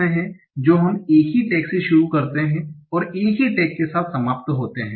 तो 2 रास्ते हैं जो हम एक ही टैग से शुरू करते हैं और एक ही टैग के साथ समाप्त होते हैं